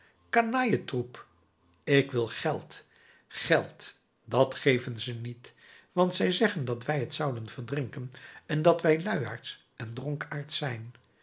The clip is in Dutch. canailletroep ik wil geld geld dat geven ze niet want zij zeggen dat wij t zouden verdrinken en dat wij luiaards en dronkaards zijn